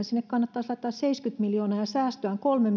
sinne kannattaisi laittaa seitsemänkymmentä miljoonaa ja säästöä tulee kolme